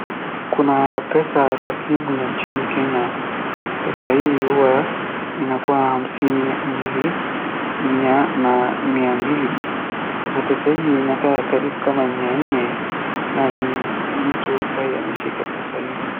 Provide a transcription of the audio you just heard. Kuna pesa taslimu ya nchini Kenya, pesa hii huwa inakua hamsini mbili, mia, na mia mbili, sasa pesa hii inakaa karibu kama mia nne na ni mtu ambaye ameshika pesa hio.